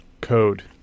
code